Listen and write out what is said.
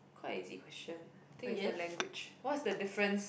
quite easy question think is the language